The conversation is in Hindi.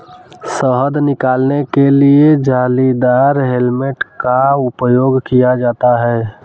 शहद निकालने के लिए जालीदार हेलमेट का उपयोग किया जाता है